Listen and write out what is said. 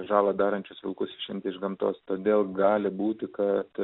žalą darančius vilkus išimti iš gamtos todėl gali būti kad